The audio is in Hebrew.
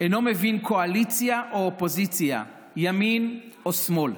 אינו מבין קואליציה או אופוזיציה, ימין או שמאל.